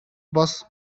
бас